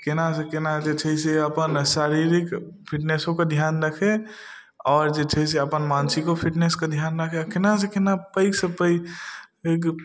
कोना से कोना जे छै से अपन शारीरिक फिटनेसोके धिआन रखै आओर जे छै से अपन मानसिको फिटनेसके धिआन रखै कोना से केना पैघसँ पैघ एक